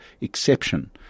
exception